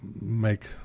make